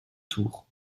tour